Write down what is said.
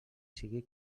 sigui